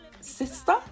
sister